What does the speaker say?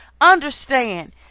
understand